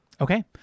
Okay